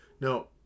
no